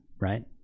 right